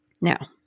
Now